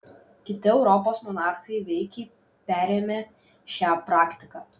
kiti europos monarchai veikiai perėmė šią praktiką